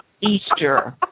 Easter